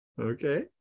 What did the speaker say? Okay